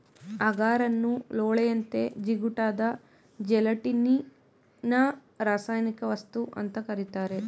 ಅಗಾರನ್ನು ಲೋಳೆಯಂತೆ ಜಿಗುಟಾದ ಜೆಲಟಿನ್ನಿನರಾಸಾಯನಿಕವಸ್ತು ಅಂತ ಕರೀತಾರೆ